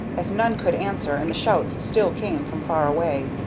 as none could answer, and the shouts still came from far away,